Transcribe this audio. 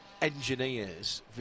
engineers